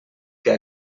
que